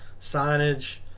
signage